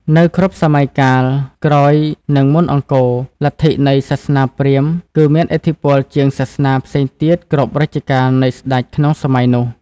នៅគ្រប់់សម័យកាលក្រោយនិងមុនអង្គរលទ្ធិនៃសាសនាព្រាហ្មណ៍គឺមានឥទ្ធិពលជាងសាសនាផ្សេងទៀតគ្រប់រជ្ជកាលនៃស្តេចក្នុងសម័យនោះ។